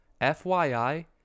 FYI